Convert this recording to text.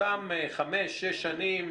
אותן 6-5 שנים,